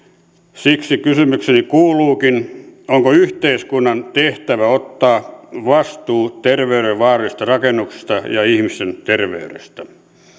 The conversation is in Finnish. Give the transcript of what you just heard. siksi kysymykseni kuuluukin onko yhteiskunnan tehtävä ottaa vastuu terveydelle vaarallisista rakennuksista ja ihmisten terveydestä